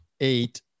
eight